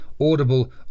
audible